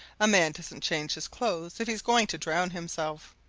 a man doesn't change his clothes if he's going to drown himself.